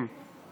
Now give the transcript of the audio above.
זבחים".